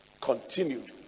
continued